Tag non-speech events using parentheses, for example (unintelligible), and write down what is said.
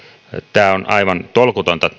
tämä kasvu on aivan tolkutonta (unintelligible)